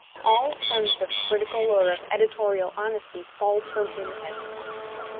all sense of critical or of editorial honesty falls from him at once.